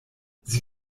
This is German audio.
sie